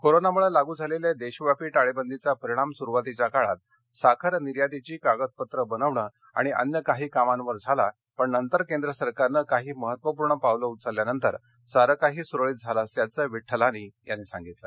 कोरोनामुळं लागू झालेल्या देशव्यापी उळेबंदीचा परिणाम सुरुवातीच्या काळात साखर निर्यातीची कागदपत्रं बनवणं आणि अन्य काही कामांवर झाला पण नंतर केंद्र सरकारनं काही महत्वपूर्ण पावलं उचलल्यानंतर सारं काही सुरळीत झालं असल्याचं विठ्ठलानी यांनी सांगितलं